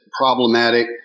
problematic